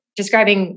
describing